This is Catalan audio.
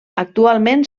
actualment